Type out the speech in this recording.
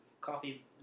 coffee